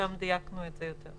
שבו דייקנו את זה יותר.